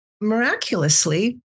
miraculously